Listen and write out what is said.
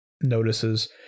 notices